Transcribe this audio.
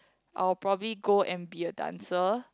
I will probably go and be a dancer